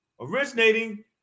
originating